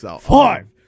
Five